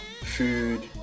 food